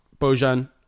Bojan